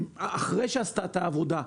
אחרי שהוועדה הבין-משרדית עשתה את העבודה,